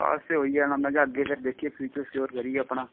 ਪਾਸ ਤਾਂ ਹੋ ਹੀ ਜਾਣਾ ਮੈਂ ਕਿਹਾ ਅੱਗੇ ਫਿਰ ਦੇਖੀਏ ਫਿਊਚਰ ਸਿਕਿਓਰ ਕਰੀਏ ਆਪਣਾ